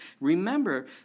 Remember